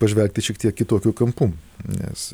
pažvelgti šiek tiek kitokiu kampu nes